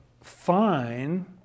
fine